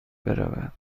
برود